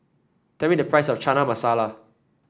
tell me the price of Chana Masala